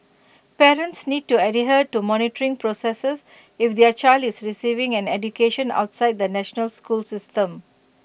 parents need to adhere to monitoring processes if their child is receiving an education outside the national school system